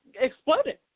exploded